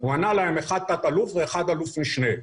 הוא ענה להם שאחד תת-אלוף ואחד אלוף-משנה.